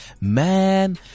Man